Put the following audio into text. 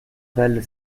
valent